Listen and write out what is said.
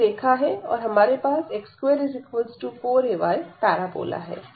तो यह रेखा है और हमारे पास x24ay पैराबोला है